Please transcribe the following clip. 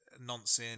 nonsense